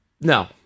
No